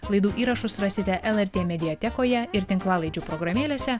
laidų įrašus rasite lrt mediatekoje ir tinklalaidžių programėlėse